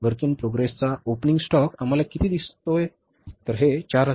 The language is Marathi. work in progress चा ओपनिंग स्टॉक आम्हाला किती दिला जातो